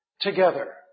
together